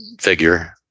figure